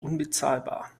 unbezahlbar